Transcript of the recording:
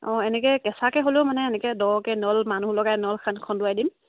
অঁ এনেকৈ কেঁচাকৈ হ'লেও মানে এনেকৈ দকৈ নল মানুহ লগাই নল খন্দুৱাই দিম